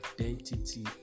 identity